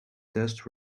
test